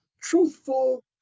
truthful